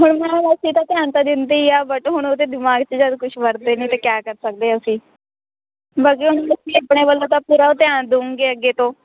ਹੁਣ ਮੈਮ ਅਸੀਂ ਤਾਂ ਧਿਆਨ ਤਾਂ ਦਿੰਦੇ ਹੀ ਹਾਂ ਬਟ ਜਦੋਂ ਹੁਣ ਉਹਦੇ ਦਿਮਾਗ 'ਚ ਜਦ ਕੁਛ ਵੜਦਾ ਨਹੀਂ ਤਾਂ ਕਿਆ ਕਰ ਸਕਦੇ ਹਾਂ ਅਸੀਂ ਬਾਕੀ ਅਸੀਂ ਆਪਣੇ ਵੱਲੋਂ ਤਾਂ ਪੂਰਾ ਧਿਆਨ ਦਉਂਗੇ ਅੱਗੇ ਤੋਂ